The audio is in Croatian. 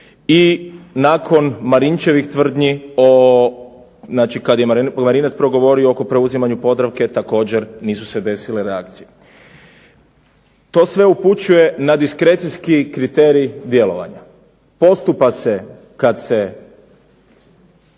i nakon Marinčevih tvrdnji, znači kada je Marinac progovorio o preuzimanju Podravke također nisu se desile reakcije. To sve upućuje na diskrecijski kriterij djelovanja. Postupa se kada se